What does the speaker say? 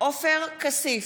עופר כסיף,